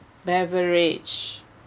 beverage